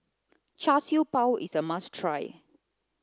Char Siew Bao is a must try